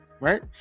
Right